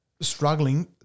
struggling